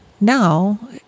now